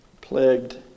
plagued